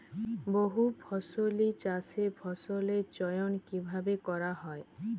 বহুফসলী চাষে ফসলের চয়ন কীভাবে করা হয়?